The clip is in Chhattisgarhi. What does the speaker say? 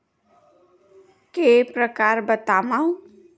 के प्रकार बतावव?